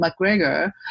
McGregor